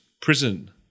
prison